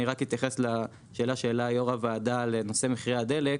אני רק אתייחס לשאלה שהעלה יו"ר הוועדה על נושא מחירי הדלק.